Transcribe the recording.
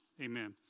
amen